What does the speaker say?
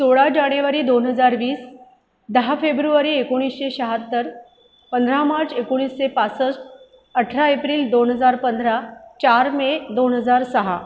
सोळा जानेवारी दोन हजार वीस दहा फेब्रुवारी एकोणीसशे शहात्तर पंधरा मार्च एकोणीसशे पासष्ट अठरा एप्रिल दोन हजार पंधरा चार मे दोन हजार सहा